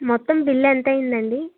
మొత్తం బిల్లు ఎంత అయ్యిందండి